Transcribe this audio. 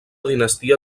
dinastia